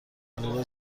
وقوع